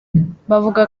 bavuga